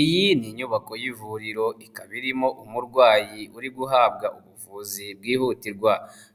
Iyi ni inyubako y'ivuriro ikaba irimo umurwayi uri guhabwa ubuvuzi bwihutirwa,